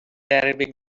arabic